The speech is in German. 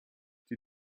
die